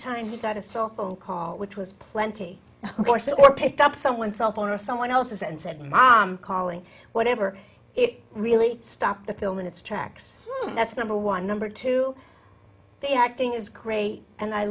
time he got a cell phone call which was plenty of course or picked up someone's cell phone or someone else's and said my calling whatever it really stopped the film in its tracks that's number one number two the acting is great and i